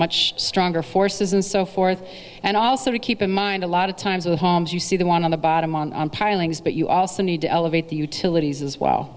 much stronger forces and so forth and also to keep in mind a lot of times of the homes you see the one on the bottom on pilings but you also need to elevate the utilities as well